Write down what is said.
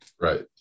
Right